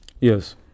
Yes